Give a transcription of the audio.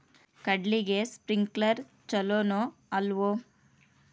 ಕಡ್ಲಿಗೆ ಸ್ಪ್ರಿಂಕ್ಲರ್ ಛಲೋನೋ ಅಲ್ವೋ?